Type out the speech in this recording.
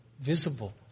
visible